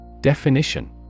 Definition